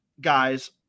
guys